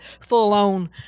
full-on